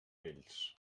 vells